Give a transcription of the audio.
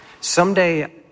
Someday